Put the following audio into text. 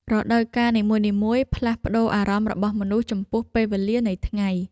រដូវកាលនីមួយៗផ្លាស់ប្តូរអារម្មណ៍របស់មនុស្សចំពោះពេលវេលានៃថ្ងៃ។